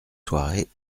soirée